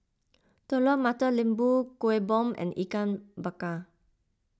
Telur Mata Lembu Kuih Bom and Ikan Bakar